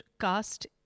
cast